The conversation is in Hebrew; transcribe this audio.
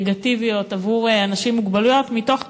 סגרגטיביות, עבור אנשים עם מוגבלויות, מתוך תפיסה,